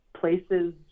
places